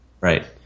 right